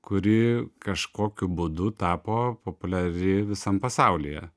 kuri kažkokiu būdu tapo populiari visam pasaulyje